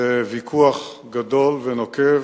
בוויכוח גדול ונוקב